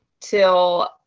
till